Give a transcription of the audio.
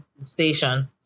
station